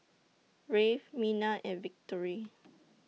Rafe Mina and Victory